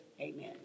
Amen